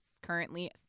currently